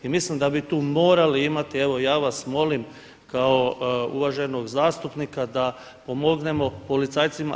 I mislim da bi tu morali imati, evo ja vas molim kao uvaženog zastupnika da pomognemo policajcima.